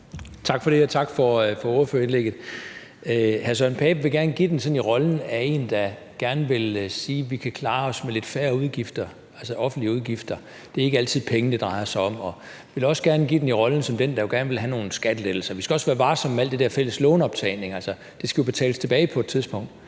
ordførerindlægget. Hr. Søren Pape Poulsen vil give den sådan i rollen som en, der gerne vil sige, at vi kan klare os med lidt færre udgifter, altså offentlige udgifter, og at det ikke altid er penge, det drejer sig om. Han vil også gerne give den i rollen som den, der jo gerne vil have nogle skattelettelser, at vi også skal være varsomme med alt det der fælles lånoptagning, fordi det jo skal betales tilbage på et tidspunkt.